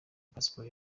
pasiporo